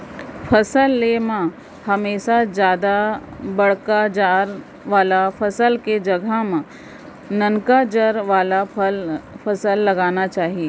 फसल ले म हमेसा जादा बड़का जर वाला फसल के संघरा म ननका जर वाला फसल लगाना चाही